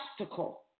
obstacle